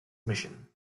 mission